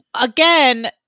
again